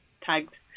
tagged